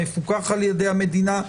מפוקח על ידי המדינה.